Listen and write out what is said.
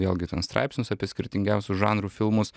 vėlgi ten straipsnius apie skirtingiausių žanrų filmus